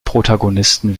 protagonisten